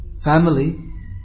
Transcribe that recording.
family